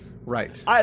Right